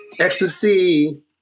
Ecstasy